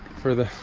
for the